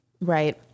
Right